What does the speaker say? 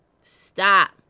stop